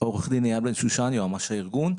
עורך דין אייל בן שושן, יועמ"ש הארגון.